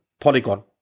Polygon